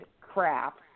crap